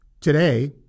today